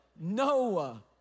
Noah